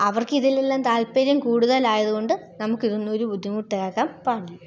അവർക്ക് ഇതിലെല്ലാം താൽപ്പര്യം കുടുതൽ ആയതുകൊണ്ട് നമുക്ക് ഇതൊന്നും ഒരു ബുദ്ധിമുട്ടാകാൻ പാടില്ല